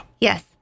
Yes